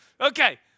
Okay